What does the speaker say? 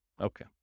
Okay